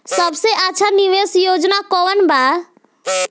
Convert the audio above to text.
सबसे अच्छा निवेस योजना कोवन बा?